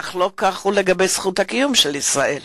אך לא כך הדבר לגבי זכות הקיום של ישראל.